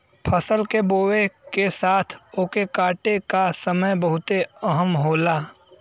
फसल के बोए के साथ ओके काटे का समय बहुते अहम होला